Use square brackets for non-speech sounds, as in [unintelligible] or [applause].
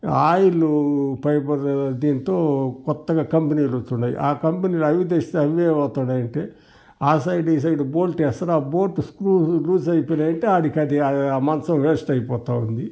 oil పై [unintelligible] దీంతో కొత్తగా కంపెనీలు వచ్చుండాయి ఆ కంపెనీలు అవి తెస్తే అవి [unintelligible] అంటే ఆ సైడు ఈ సైడు బోల్ట్ వేస్తారు ఆ బోల్ట్ స్క్రూ లూసైపోయినయి అంటే అది ఇక అది ఆ మంచం వెస్ట్ అయిపోతూ ఉంది